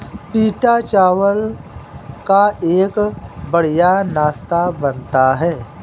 पीटा चावल का एक बढ़िया नाश्ता बनता है